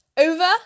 Over